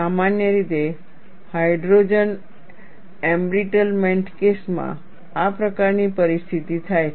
સામાન્ય રીતે hydrogen embrittlement કેસમાં આ પ્રકારની પરિસ્થિતિ થાય છે